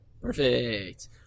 Perfect